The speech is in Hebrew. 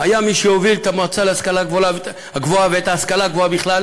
היה מי שהוביל את המועצה להשכלה גבוהה ואת ההשכלה הגבוהה בכלל